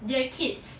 they're kids